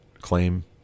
claim